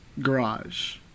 garage